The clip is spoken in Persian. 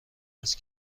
است